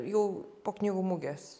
jau po knygų mugės